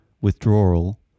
withdrawal